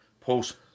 post